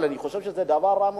אבל אני חושב שזה דבר רע מאוד.